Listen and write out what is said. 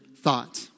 thought